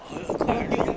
很恨快 right